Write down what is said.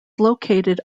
located